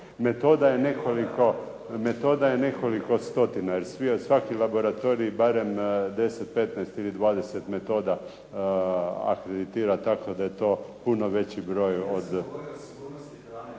Metoda je nekoliko stotina. Jer svaki laboratorij barem 10, 15 ili 20 metoda akreditira, tako da je to puno veći broj. .../Upadica se ne